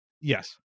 Yes